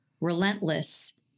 relentless